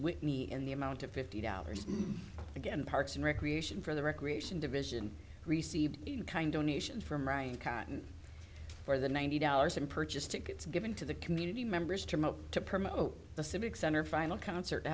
in the amount of fifty dollars again parks and recreation for the recreation division received kind donations from ryan cotton for the ninety dollars and purchased tickets given to the community members to promote the civic center final concert